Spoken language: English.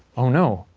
oh, no.